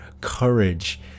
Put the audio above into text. courage